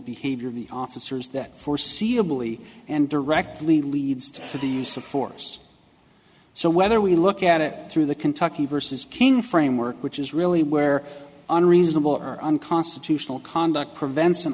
behavior of the officers that foreseeable e and directly leads to the use of force so whether we look at it through the kentucky versus king framework which is really where unreasonable or unconstitutional conduct prevents an